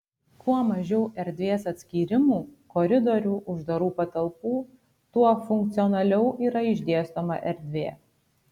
kuo mažiau erdvės atskyrimų koridorių uždarų patalpų tuo funkcionaliau yra išdėstoma erdvė